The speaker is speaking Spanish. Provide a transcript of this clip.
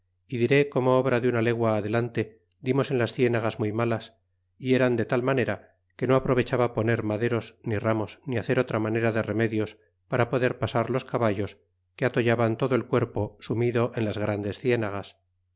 y diré como obra de una legua adelante dimos en las cienagas muy malas y eran de tal manera que no aprovechaba poner maderos ni ramos ni hacer otra manera de remedios para poder pasar los caballos que atollaban todo el cuerpo sumido en las grandes cienagas